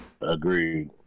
Agreed